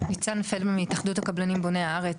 ניצן פלדמן מהתאחדות הקבלנים בוני הארץ.